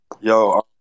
Yo